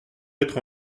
être